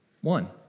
one